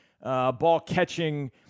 ball-catching